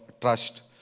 trust